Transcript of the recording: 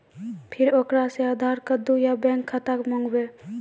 फिर ओकरा से आधार कद्दू या बैंक खाता माँगबै?